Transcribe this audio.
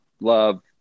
love